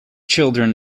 children